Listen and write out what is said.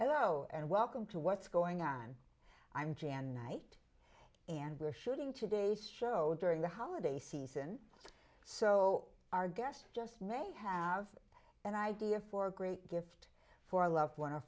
hello and welcome to what's going on i'm jay and night and we're shooting today's show during the holiday season so our guest just may have an idea for a great gift for a loved one a